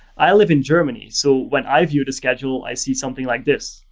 i live in germany. so when i view the schedule, i see something like this.